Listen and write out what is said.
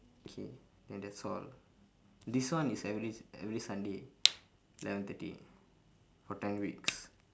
K then that's all this one is every s~ every sunday eleven thirty for ten weeks